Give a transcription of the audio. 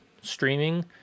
streaming